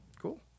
Cool